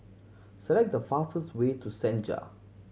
select the fastest way to Senja